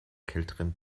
kälteren